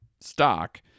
stock